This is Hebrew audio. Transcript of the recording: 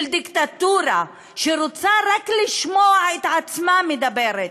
של דיקטטורה, שרוצה רק לשמוע את עצמה מדברת,